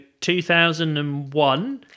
2001